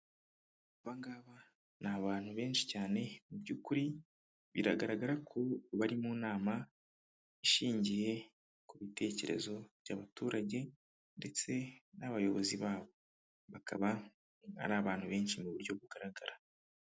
Aba ngaba ni abantu benshi cyane, mu by'ukuri biragaragara ko bari mu nama ishingiye ku bitekerezo by'abaturage ndetse n'abayobozi babo, bakaba ari abantu benshi mu buryo bugaragara.